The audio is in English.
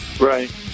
Right